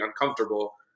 uncomfortable